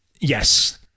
yes